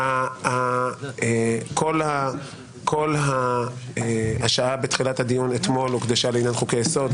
בדיון אתמול כמעט שעה הוקדשה לעניין חוקי היסוד.